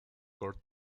kurt